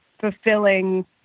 fulfilling